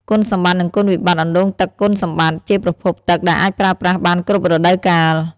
គុណសម្បត្តិ និងគុណវិបត្តិអណ្ដូងទឹកគុណសម្បត្តិ ជាប្រភពទឹកដែលអាចប្រើប្រាស់បានគ្រប់រដូវកាល។